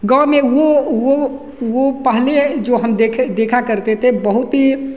गाँव में वो वो वो पहले जो हम देखे देखा करते थे बहुत ही